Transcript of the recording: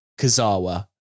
Kazawa